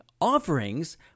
offerings